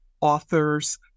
authors